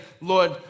Lord